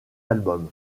album